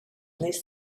least